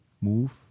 MOVE